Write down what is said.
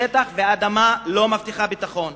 שטח ואדמה לא מבטיחים ביטחון,